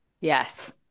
Yes